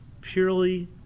purely